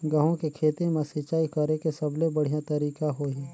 गंहू के खेती मां सिंचाई करेके सबले बढ़िया तरीका होही?